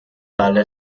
tale